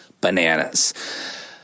bananas